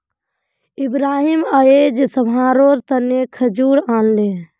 इब्राहिम अयेज सभारो तने खजूर आनले